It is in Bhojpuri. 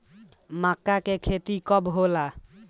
माका के खेती कब होला?